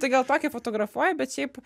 tai gal tokį fotografuoju bet šiaip